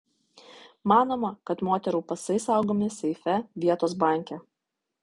manoma kad moterų pasai saugomi seife vietos banke